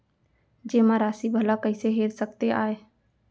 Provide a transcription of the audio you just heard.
जेमा राशि भला कइसे हेर सकते आय?